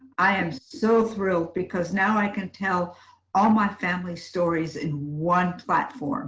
i am so thrilled because now i can tell all my family stories in one platform